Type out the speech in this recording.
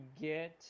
get